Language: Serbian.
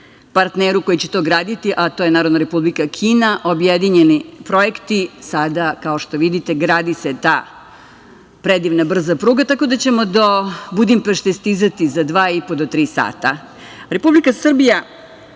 partneru koji će to graditi, a to je Narodna Republika Kina. Objedinjeni projekti sada, kao što vidite, gradi se ta predivna brza pruga, tako da ćemo do Budimpešte stizati za dva i po do tri sata. Republika Srbija